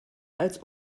als